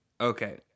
okay